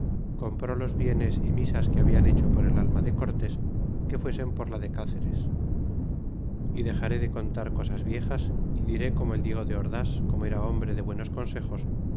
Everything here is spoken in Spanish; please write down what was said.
compró los bienes y misas que habian hecho por el alma de cortés que fuesen por la de cáceres y dexaré de contar cosas viejas y diré como el diego de ordas como era hombre de buenos consejos